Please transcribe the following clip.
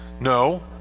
No